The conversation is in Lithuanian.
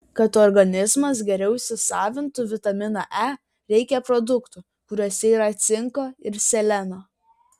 kad organizmas geriau įsisavintų vitaminą e reikia produktų kuriuose yra cinko ir seleno